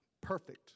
perfect